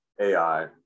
AI